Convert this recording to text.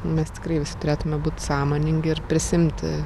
mes tikrai visi turėtume būt sąmoningi ir prisiimti